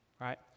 Right